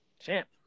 Champ